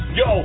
yo